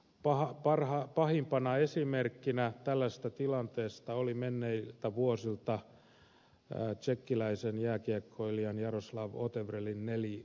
pahimpana esimerkkinä tällaisesta tilanteesta oli menneiltä vuosilta tsekkiläisen jääkiekkoilijan jaroslav otevrelin neliraajahalvaus